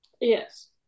Yes